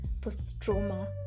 post-trauma